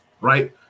right